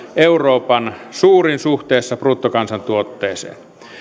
euroopan suurin suhteessa bruttokansantuotteeseen